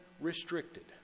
restricted